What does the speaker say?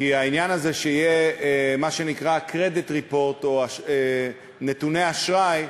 כי העניין הזה שיהיה מה שנקרא "קרדיט רפורט" או נתוני אשראי,